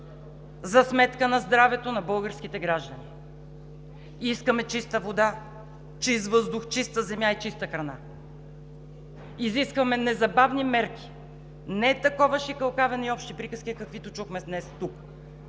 за сметка на здравето на българските граждани? Искаме чиста вода, чист въздух, чиста земя и чиста храна. Изискваме незабавни мерки, не такова шикалкавене и общи приказки каквито чухме днес.